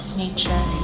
nature